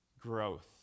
growth